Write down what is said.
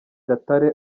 gatare